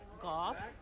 golf